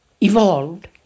evolved